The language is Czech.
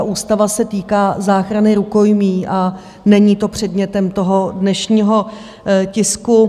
Ústava se týká záchrany rukojmí a není to předmětem dnešního tisku.